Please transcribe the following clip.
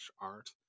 art